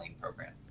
program